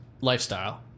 lifestyle